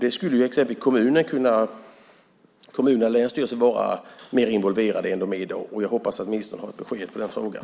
Det skulle kommunerna och länsstyrelserna kunna vara mer involverade i än vad de är i dag. Jag hoppas att ministern har ett besked i den frågan.